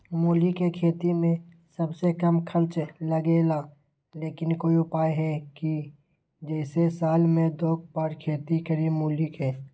मूली के खेती में सबसे कम खर्च लगेला लेकिन कोई उपाय है कि जेसे साल में दो बार खेती करी मूली के?